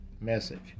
message